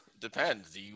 depends